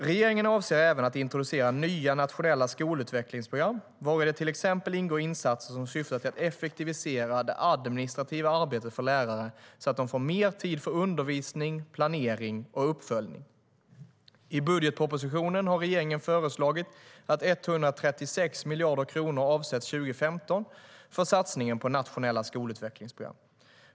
Regeringen avser även att introducera nya nationella skolutvecklingsprogram vari det till exempel ingår insatser som syftar till att effektivisera det administrativa arbetet för lärare så att de får mer tid för undervisning, planering och uppföljning. I budgetpropositionen har regeringen föreslagit att 136 miljoner kronor avsätts 2015 för satsningen på nationella skolutvecklingsprogram.